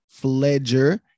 Fledger